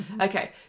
Okay